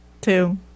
two